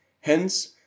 hence